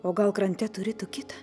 o gal krante turi tu kitą